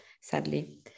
sadly